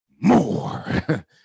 more